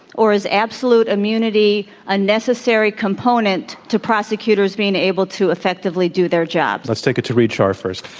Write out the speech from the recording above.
or is absolute immunity a necessary component to prosecutors being able to effectively do their jobs? let's take it to reid schar first.